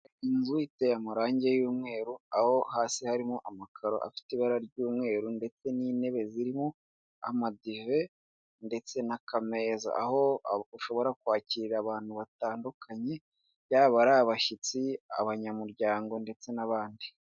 Inzu iteye amarangi y'umweru aho hasi harimo amakaro afite ibara ry'umweru ndetse n'intebe zirimo amadive ndetse na akameza, aho ushobora kwakira abantu batandukanye yaba ari abashyitsi, abanyamuryango ndetse n'abandi.